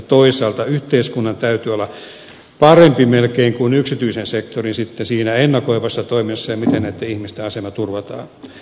toisaalta yhteiskunnan täytyy olla parempi melkein kuin yksityisen sektorin siinä ennakoivassa toimessa ja siinä miten näitten ihmisten asema turvataan